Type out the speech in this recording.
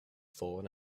fallen